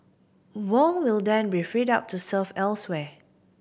Wong will then be freed up to serve elsewhere